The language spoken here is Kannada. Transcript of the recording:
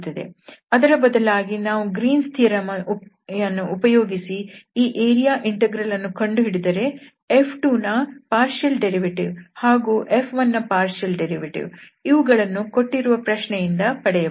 ಅದರ ಬದಲಾಗಿ ನಾವು ಗ್ರೀನ್ಸ್ ಥಿಯರಂ Green's theoremಅನ್ನು ಉಪಯೋಗಿಸಿ ಈ ಏರಿಯಾ ಇಂಟೆಗ್ರಲ್ ಅನ್ನು ಕಂಡುಹಿಡಿದರೆ F2ನ ಭಾಗಶಃ ವ್ಯುತ್ಪನ್ನ ಹಾಗೂ F1 ನ ಭಾಗಶಃ ವ್ಯುತ್ಪನ್ನ ಇವುಗಳನ್ನು ಕೊಟ್ಟಿರುವ ಪ್ರಶ್ನೆಯಿಂದ ಪಡೆಯಬಹುದು